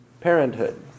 parenthood